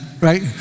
right